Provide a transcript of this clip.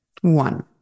One